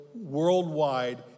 Worldwide